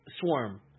swarm